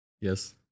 Yes